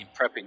prepping